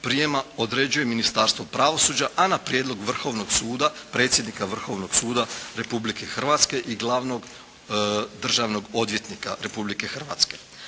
prijema određuje Ministarstvo pravosuđa, a na prijedlog Vrhovnog suda predsjednika Vrhovnog suda Republike Hrvatske i glavnog državnog odvjetnika Republike Hrvatske.